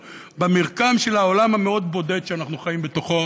במרקם של העולם המאוד-בודד שאנחנו חיים בתוכו,